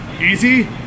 Easy